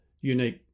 unique